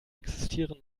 existieren